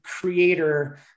creator